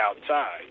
outside